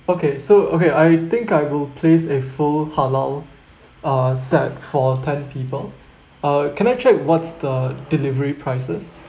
okay so okay I think I will place a full halal uh set for ten people uh can I check what's the delivery prices